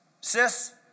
Sis